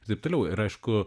ir taip toliau ir aišku